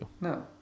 No